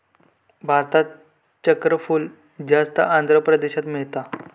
भारतात चक्रफूल जास्त आंध्र प्रदेशात मिळता